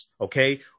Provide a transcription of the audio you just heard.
Okay